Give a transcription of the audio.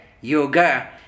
Yoga